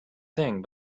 thing